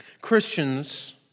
Christians